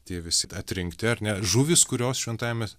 tie visi atrinkti ar ne žuvys kurios šventajame